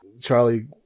Charlie